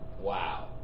Wow